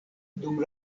dum